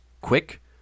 quick